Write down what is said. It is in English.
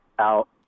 Out